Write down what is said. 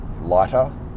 lighter